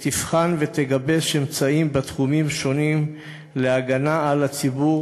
שתבחן ותגבש אמצעים בתחומים שונים להגנה על הציבור